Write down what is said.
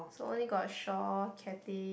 so only got Shaw Cathay